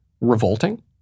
revolting